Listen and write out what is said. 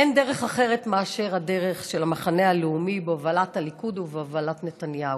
אין דרך אחרת מאשר הדרך של המחנה הלאומי בהובלת הליכוד ובהובלת נתניהו.